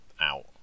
Out